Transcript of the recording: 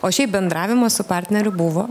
o šiaip bendravimas su partneriu buvo